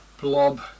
blob